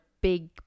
big